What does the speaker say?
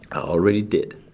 already did